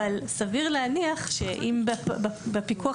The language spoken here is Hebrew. אבל סביר להניח שאם בפיקוח